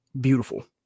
beautiful